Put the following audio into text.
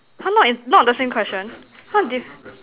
!huh! not in not the same question !huh! diff~